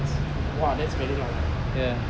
!wah! that's very long eh